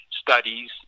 studies